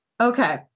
Okay